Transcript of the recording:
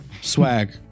Swag